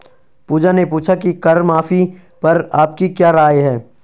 पूजा ने पूछा कि कर माफी पर आपकी क्या राय है?